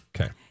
Okay